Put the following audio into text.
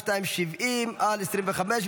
פ/4270/25,